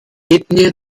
ethnie